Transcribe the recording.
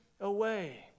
away